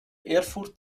erfurt